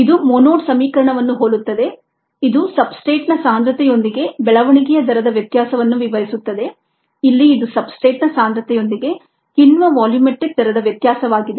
ಇದು ಮೊನೊಡ್ ಸಮೀಕರಣ ವನ್ನು ಹೋಲುತ್ತದೆ ಇದು ಸಬ್ಸ್ಟ್ರೇಟ್ನ ಸಾಂದ್ರತೆಯೊಂದಿಗೆ ಬೆಳವಣಿಗೆಯ ದರದ ವ್ಯತ್ಯಾಸವನ್ನು ವಿವರಿಸುತ್ತದೆ ಇಲ್ಲಿ ಇದು ಸಬ್ಸ್ಟ್ರೇಟ್ನ ಸಾಂದ್ರತೆಯೊಂದಿಗೆ ಕಿಣ್ವ ವಾಲ್ಯೂಮೆಟ್ರಿಕ್ ದರದ ವ್ಯತ್ಯಾಸವಾಗಿದೆ